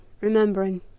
remembering